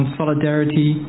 solidarity